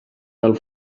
del